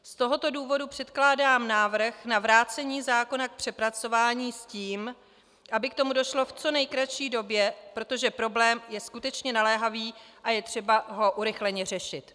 Z tohoto důvodu předkládám návrh na vrácení zákona k přepracování s tím, aby k tomu došlo v co nejkratší době, protože problém je skutečně naléhavý a je třeba ho urychleně řešit.